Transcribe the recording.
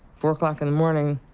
four o'clock in the morning,